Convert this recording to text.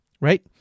right